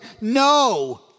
No